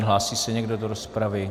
Hlásí se někdo do rozpravy?